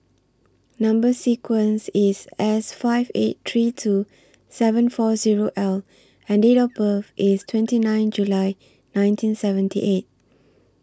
Number sequence IS S five eight three two seven four Zero L and Date of birth IS twenty nine July nineteen seventy eight